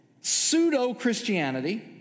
pseudo-Christianity